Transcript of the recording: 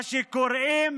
מה שקוראים